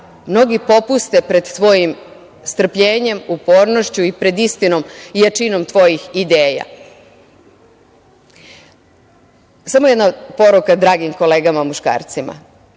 mnogi popuste pred tvojim strpljenjem, upornošću i pred istinom i jačinom tvojih ideja. Samo jedna poruka dragim kolegama, muškarcima.